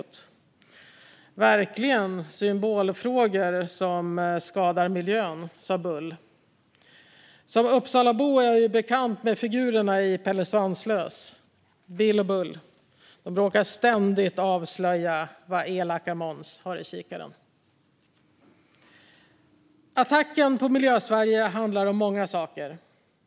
Det är verkligen symbolfrågor som skadar miljön, sa Bull. Som Uppsalabo är jag bekant med figurerna i Pelle Svanslös: Bill och Bull. De råkar ständigt avslöja vad elake Måns har i kikaren. Attacken på Miljösverige handlar om många saker.